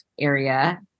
area